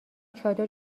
چادر